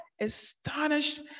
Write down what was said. astonished